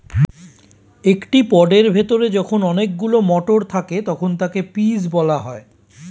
একটি পডের ভেতরে যখন অনেকগুলো মটর থাকে তখন তাকে পিজ বলা হয়